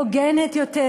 הוגנת יותר,